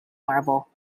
marble